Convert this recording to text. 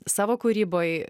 savo kūryboj